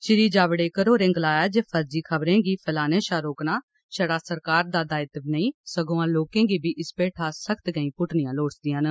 श्री जावडेकर होरें गलाया जे फर्जी खबरें गी फैलाने शां रोकना छड़ा सरकार दा दायदित्व नेइ सगुआं लोकें गी बी इस पेठा सख्त गैंई पुट्टनियां लोड़चदियां न